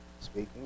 Speaking